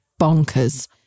bonkers